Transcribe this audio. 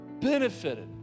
benefited